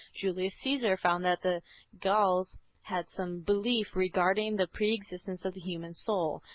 julius caesar found that the gauls had some belief regarding the pre-existence of the human soul.